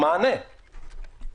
שמענו את הנימוק.